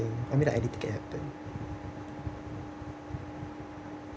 I mean like anything can happen